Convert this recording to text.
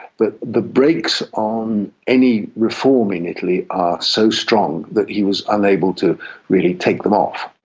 but the brakes on any reform in italy are so strong that he was unable to really take them off.